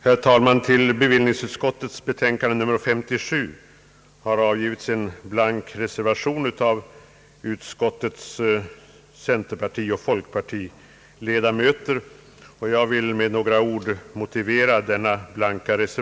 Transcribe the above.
Herr talman! Till bevillningsutskottets betänkande nr 57 har fogats en blank reservation av utskottets centerpartioch folkpartiledamöter, och jag vill med några ord motivera densamma.